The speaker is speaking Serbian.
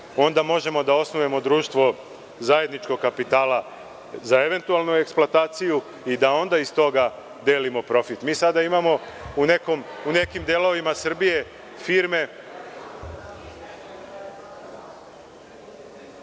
onda možemo da osnujemo društvo zajedničkog kapitala za eventualnu eksploataciju i da onda iz toga delimo profit. Mi sada imamo u nekim delovima Srbije